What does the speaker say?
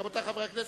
רבותי חברי הכנסת,